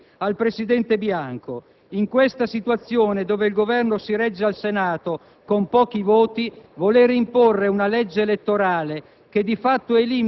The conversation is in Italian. dicevo che sono convinto che questa crisi è stata accelerata dal modo sbagliato con cui è stata gestita la partita della nuova legge elettorale.